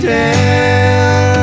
down